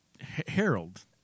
Harold